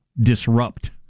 disrupt